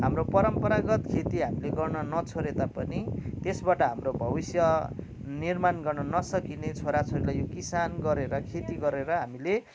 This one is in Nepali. हाम्रो परम्परागत खेती हामीले गर्न नछोडे तापनि त्यसबाट हाम्रो भविष्य निर्माण गर्न नसकिने छोरा छोरीलाई यो किसान गरेर खेती गरेर हामीले